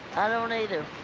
i don't either.